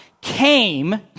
came